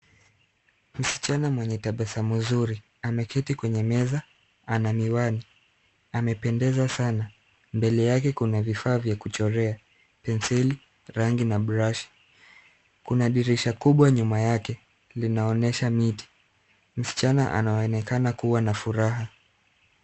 Msichana mwenye tabasamu zuri ameketi kwenye meza. Ana miwani. Amependezwa sana. Mbele yake kuna vifaa vya kuchorea, penseli rangi na brashi. Kuna dirisha kubwa nyuma yake linaonyesha miti. Msichana anaonekana kuwa na furaha.